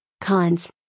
Cons